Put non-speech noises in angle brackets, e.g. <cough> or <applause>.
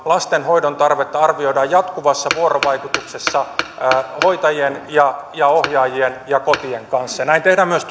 lastenhoidon tarvetta arvioidaan jatkuvassa vuorovaikutuksessa hoitajien ja ja ohjaajien ja kotien kanssa ja näin tehdään myös <unintelligible>